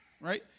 right